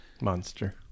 Monster